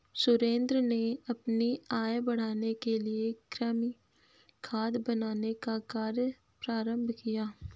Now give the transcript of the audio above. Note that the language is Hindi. सुरेंद्र ने अपनी आय बढ़ाने के लिए कृमि खाद बनाने का कार्य प्रारंभ किया